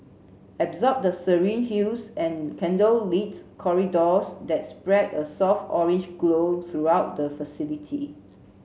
absorb the serene hues and candlelit corridors that spread a soft orange glow throughout the facility